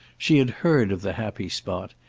she had heard of the happy spot,